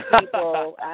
people